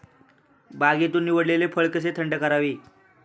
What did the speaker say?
बागेतून निवडलेले फळ कसे थंड करावे?